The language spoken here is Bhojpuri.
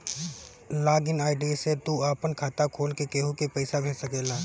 लॉग इन आई.डी से तू आपन खाता खोल के केहू के पईसा भेज सकेला